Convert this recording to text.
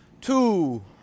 Two